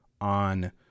on